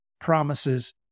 promises